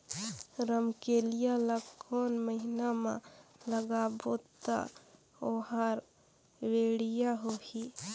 रमकेलिया ला कोन महीना मा लगाबो ता ओहार बेडिया होही?